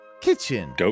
kitchen